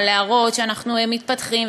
להראות שאנחנו מתפתחים,